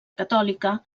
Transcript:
catòlica